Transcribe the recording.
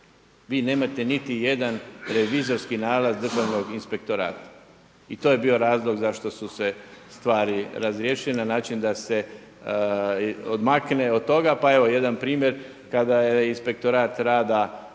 Vi nemate niti jedan revizorski nalaz Državnog inspektorata. I to je bio razlog zašto su se stvari razriješile na način da se odmakne od toga. Pa evo jedan primjer, kada je inspektorat rada